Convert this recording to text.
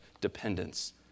dependence